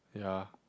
ya